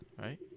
right